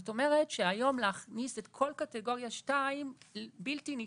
זאת אומרת שהיום להכניס את כל קטגוריה 2 בלתי ניתן.